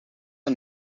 are